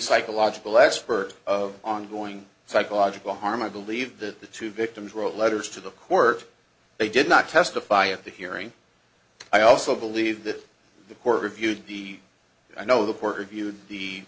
psychological expert of ongoing psychological harm i believe that the two victims wrote letters to the court they did not testify at the hearing i also believe that the court reviewed the i know the porter view